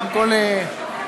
בבקשה.